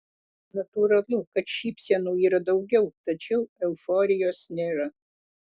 natūralu kad šypsenų yra daugiau tačiau euforijos nėra